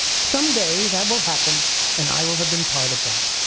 someday that will happen and i will have been part of that.